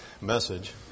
message